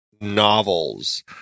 novels